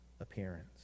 appearance